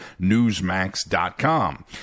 newsmax.com